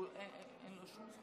בבקשה.